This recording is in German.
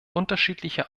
unterschiedliche